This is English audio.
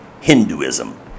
Hinduism